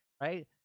right